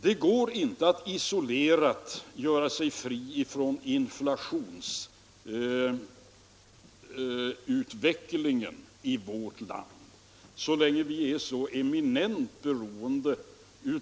Det går inte för vårt land att isolerat frigöra sig från inflationsutvecklingen, så länge vi är så eminent beroende